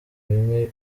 bimwe